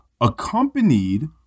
accompanied